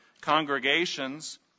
congregations